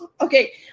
Okay